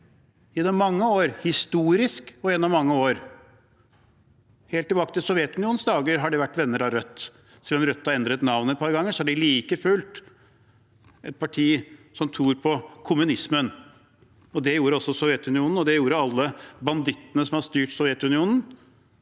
vennene til Rødt historisk og gjennom mange år. Helt tilbake til Sovjetunionens dager har de vært venner av Rødt. Selv om Rødt har endret navn et par ganger, er de like fullt et parti som tror på kommunismen. Det gjorde også Sovjetunionen, og det gjorde alle bandittene som har styrt Sovjetunionen,